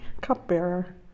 cupbearer